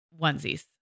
onesies